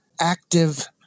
active